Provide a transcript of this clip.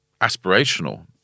aspirational